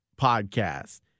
podcast